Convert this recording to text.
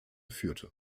führte